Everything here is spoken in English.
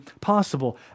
possible